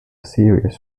series